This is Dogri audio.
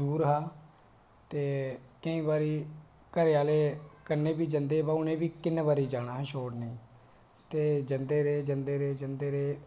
दूर हा ते केईं बारी घरै आह्ले कन्नै बी जंदे हे पर किन्ने बारी जाना छोड़नै ई ते जंदे रेह् जंदे रेह् जंदे रेह्